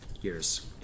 years